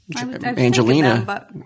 Angelina